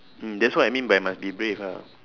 mm that's what I mean by must be brave ah